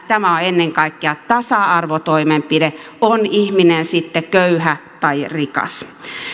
tämä on ennen kaikkea tasa arvotoimenpide on ihminen sitten köyhä tai rikas